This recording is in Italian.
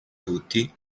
tutti